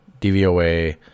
DVOA